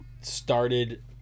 started